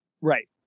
Right